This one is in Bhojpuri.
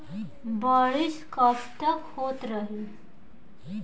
बरिस कबतक होते रही?